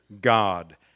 God